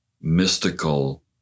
mystical